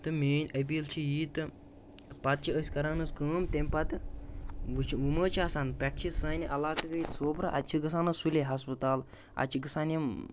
تہٕ میٛٲنۍ أپیٖل چھِ یی تہٕ پَتہٕ چھِ أسۍ کَران حظ کٲم تَمہِ پَتہٕ وُچھ وۅنۍ مہٕ حظ چھِ آسان پٮ۪ٹھٕ چھِ سانہِ علاقہٕ ییٚتہِ سوپرٕ اَتہِ چھِ گژھان حظ سُلے ہَسپَتال اَتہِ چھِ گژھان یِم